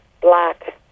black